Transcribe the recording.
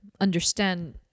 understand